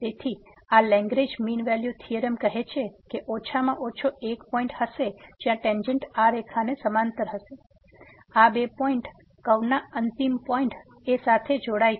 તેથી આ Lagrange mean value theorem કહે છે કે ઓછામાં ઓછો એક પોઈંટ હશે જ્યાં ટેન્જેંટ આ રેખાના સમાંતર હશે આ બે પોઈંટ કર્વ ના અંતિમ પોઈંટ ઓ સાથે જોડાય છે